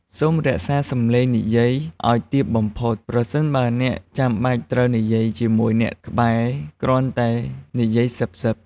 សូមរក្សាសំឡេងនិយាយឲ្យទាបបំផុត ប្រសិនបើអ្នកចាំបាច់ត្រូវនិយាយជាមួយអ្នកក្បែរគ្រាន់តែ និយាយខ្សឹបៗ។